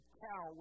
cow